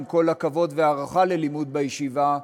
עם כל הכבוד וההערכה ללימוד בישיבה,